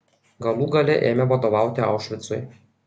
galų gale ėmė vadovauti aušvicui